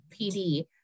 PD